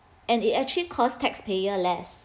and it actually cost taxpayer less